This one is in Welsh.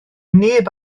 neb